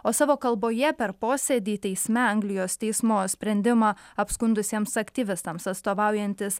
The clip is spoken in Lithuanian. o savo kalboje per posėdį teisme anglijos teismo sprendimą apskundusiems aktyvistams atstovaujantis